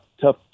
tough